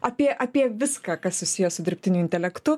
apie apie viską kas susiję su dirbtiniu intelektu